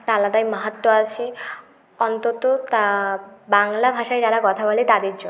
একটা আলাদাই মাহাত্য আছে অন্তত তা বাংলা ভাষায় যারা কথা বলে তাদের জন্য